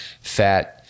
fat